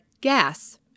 gas